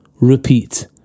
repeat